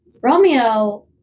Romeo